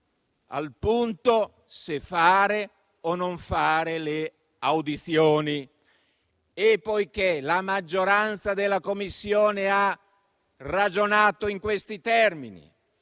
al punto se fare o non fare le audizioni. La maggioranza della Commissione ha ragionato in questi termini,